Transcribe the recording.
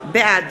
בעד